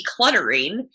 decluttering